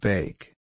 Bake